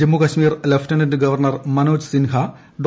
Jammu Kashmir lieutenant governor Manoj Sinha Dr